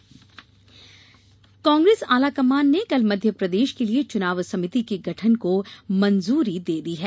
कांग्रेस चुनाव समिति कांग्रेस आलाकमान ने कल मध्यप्रदेश के लिए चुनाव समिति के गठन को मंजूरी दे दी है